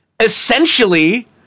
Essentially